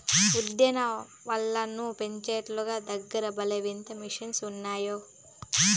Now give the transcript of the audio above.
ఉద్యాన వనాలను పెంచేటోల్ల దగ్గర భలే వింత మిషన్లు ఉన్నాయే